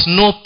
no